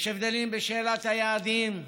יש הבדלים בשאלת היעדים,